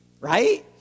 Right